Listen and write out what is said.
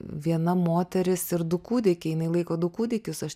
viena moteris ir du kūdikiai jinai laiko du kūdikius aš